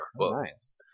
Nice